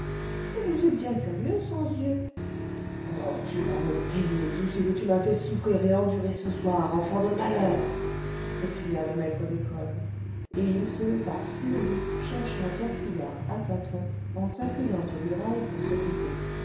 vous êtes bien curieux sans yeux oh tu vas me payer tout ce que tu m'as fait souffrir et endurer ce soir enfant de malheur s'écria le maître d'école et il se leva furieux cherchant tortillard à tâtons en s'appuyant aux murailles pour se guider